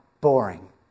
boring